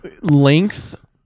length